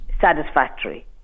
satisfactory